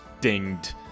dinged